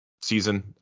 season